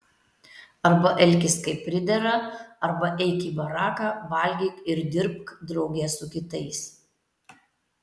arba elkis kaip pridera arba eik į baraką valgyk ir dirbk drauge su kitais